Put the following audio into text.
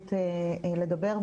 האפשרות לדבר.